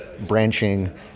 branching